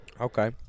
Okay